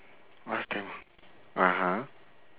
ask them (uh huh)